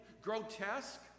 Grotesque